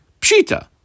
pshita